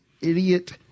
idiot